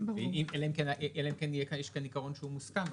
אלא אם כן יש כאן עיקרון שהוא מוסכם,